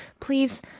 please